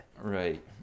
Right